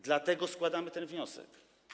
Dlatego składamy ten wniosek.